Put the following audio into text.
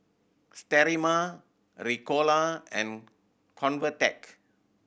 Sterimar Ricola and Convatec